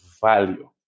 value